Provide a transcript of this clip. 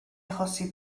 achosi